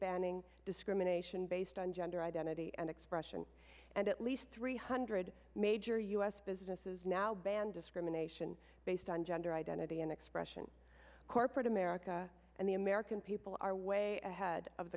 banning discrimination based on gender identity and expression and at least three hundred major u s businesses now ban discrimination based on gender identity and expression corporate america and the american people are way ahead of